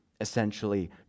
essentially